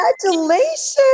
congratulations